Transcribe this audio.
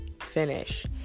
finish